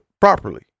properly